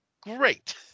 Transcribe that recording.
great